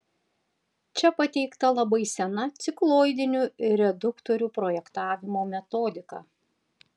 čia pateikta labai sena cikloidinių reduktorių projektavimo metodika